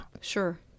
Sure